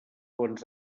bons